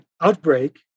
outbreak